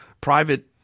private